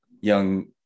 young